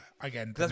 again